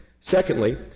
Secondly